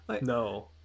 No